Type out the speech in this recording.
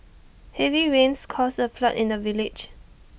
heavy rains caused A flood in the village